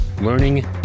learning